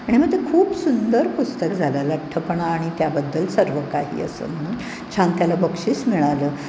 आणि मग ते खूप सुंदर पुस्तक झालं लठ्ठपणा आणि त्याबद्दल सर्व काही असं म्हणून छान त्याला बक्षीस मिळालं